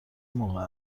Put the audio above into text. موقع